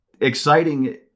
exciting